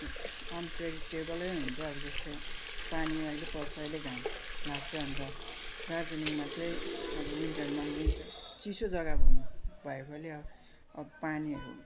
अनप्रेग्टेबलै हुन्छ अब जस्तै पानी अहिले पर्छ अहिले घाम लाग्छ अन्त दार्जिलिङमा चाहिँ अब विन्टरमा विन्टर चिसो जग्गा हुनेभएकोले अब अब पानीहरू